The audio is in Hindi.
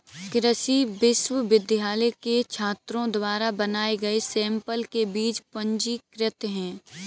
कृषि विश्वविद्यालय के छात्रों द्वारा बनाए गए सैंपल के बीज पंजीकृत हैं